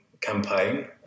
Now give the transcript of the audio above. campaign